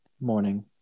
morning